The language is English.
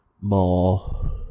more